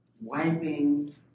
wiping